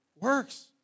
Works